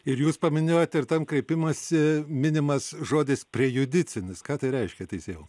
ir jūs paminėjot ir tam kreipimasi minimas žodis prejudicinis ką tai reiškia teisėjau